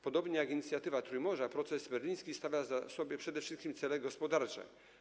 Podobnie jak inicjatywa Trójmorza proces berliński stawia sobie przede wszystkim cele gospodarcze.